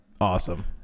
Awesome